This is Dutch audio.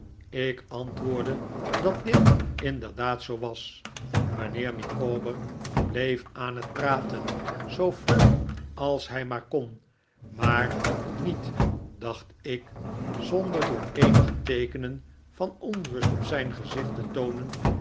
ik antwoordde dat dit inderdaad zoo was mijnheer micawber bleef aan het praten zoo vlug als hij maar kon maar niet dacht ik zonder door eenige teekenen van onrust op zijn gezicht te toonen